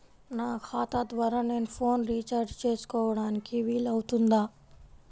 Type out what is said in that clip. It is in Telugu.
నా ఖాతా ద్వారా నేను ఫోన్ రీఛార్జ్ చేసుకోవడానికి వీలు అవుతుందా?